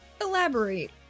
Elaborate